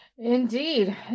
indeed